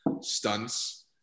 stunts